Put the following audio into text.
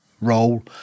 Role